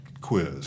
quiz